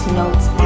notes